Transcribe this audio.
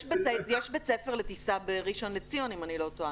יש בית ספר לטיסה בראשון לציון, אם אני לא טועה.